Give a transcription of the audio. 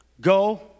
Go